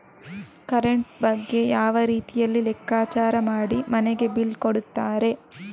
Current ಬಗ್ಗೆ ಯಾವ ರೀತಿಯಲ್ಲಿ ಲೆಕ್ಕಚಾರ ಮಾಡಿ ಮನೆಗೆ ಬಿಲ್ ಕೊಡುತ್ತಾರೆ?